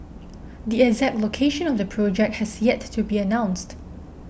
the exact location of the project has yet to be announced